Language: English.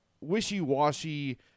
wishy-washy